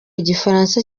igifaransa